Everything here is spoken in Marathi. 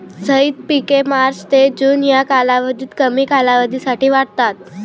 झैद पिके मार्च ते जून या कालावधीत कमी कालावधीसाठी वाढतात